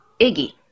Iggy